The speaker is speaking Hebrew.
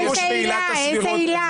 איזו עילה?